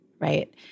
right